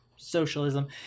socialism